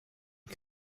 you